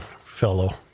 fellow